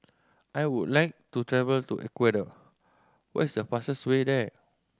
I would like to travel to Ecuador what is the fastest way there